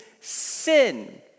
sin